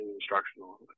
instructional